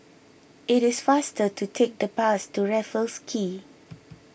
it is faster to take the bus to Raffles Quay